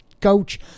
coach